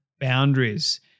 boundaries